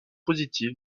positives